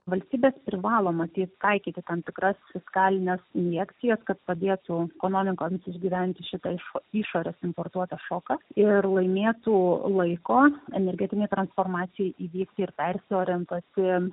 valstybės privalo matyt taikyti tam tikras fiskalines injekcijas kad padėtų ekonomikoms išgyventi šitą iš išorės importuotą šoką ir laimėtų laiko energetinei transformacijai įvykti ir persiorientuoti